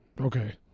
Okay